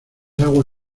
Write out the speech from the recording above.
agua